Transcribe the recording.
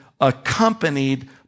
accompanied